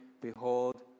Behold